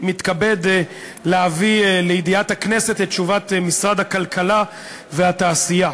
מתכבד להביא לידיעת הכנסת את תשובת משרד הכלכלה והתעשייה.